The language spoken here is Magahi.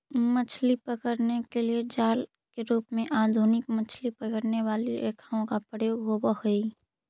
मछली पकड़ने के लिए जाल के रूप में आधुनिक मछली पकड़ने वाली रेखाओं का प्रयोग होवअ हई